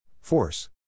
Force